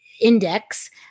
Index